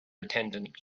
attendant